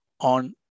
on